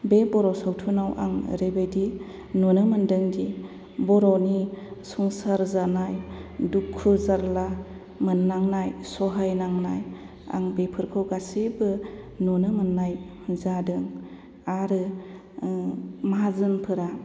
बे बर' सावथुनाव आं ओरैबायदि नुनो मोन्दोंदि बर'नि संसार जानाय दुखु जारला मोननांनाय सहायनांनाय आं बेफोरखौ गासैबो नुनो मोननाय जादों आरो माहाजोनफोरा